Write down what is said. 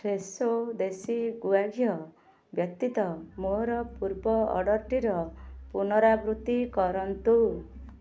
Fresho ଦେଶୀ ଗୁଆ ଘିଅ ବ୍ୟତୀତ ମୋର ପୂର୍ବ ଅର୍ଡ଼ର୍ଟିର ପୁନରାବୃତ୍ତି କରନ୍ତୁ